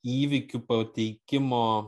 įvykių pateikimo